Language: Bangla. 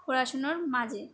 পড়াশোনার মাঝে